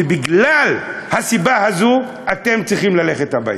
ובגלל הסיבה הזו אתם צריכים ללכת הביתה.